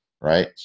right